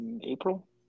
April